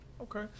Okay